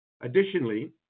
Additionally